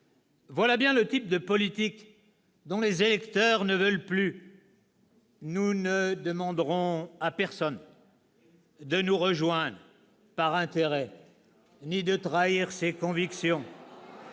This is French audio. voilà bien le type de politique dont les électeurs ne veulent plus. Nous ne demanderons à personne de nous rejoindre par intérêt ni de trahir ses convictions.″